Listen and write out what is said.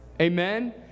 Amen